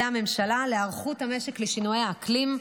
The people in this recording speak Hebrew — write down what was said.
הממשלה כהיערכות המשק לשינויי האקלים.